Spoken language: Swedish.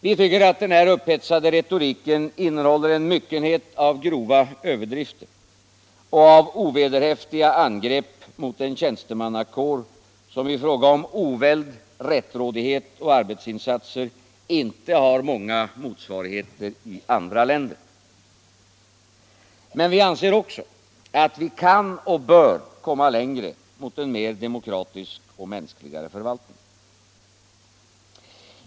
Vi tycker att den här upphetsade retoriken innehåller en myckenhet av grova överdrifter och ovederhäftiga angrepp mot en tjänstemannakår som i fråga om oväld, rättrådighet och arbetsinsatser inte har många motsvarigheter i andra länder. Men vi anser också att vi kan och bör komma längre mot en mer demokratisk och mänskligare förvaltning.